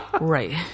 right